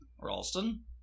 Ralston